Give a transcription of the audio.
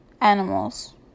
animals